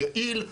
היעיל,